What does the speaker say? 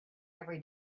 every